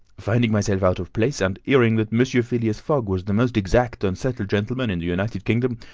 finding myself out of place, and hearing that monsieur phileas fogg was the most exact and settled gentleman in the united kingdom,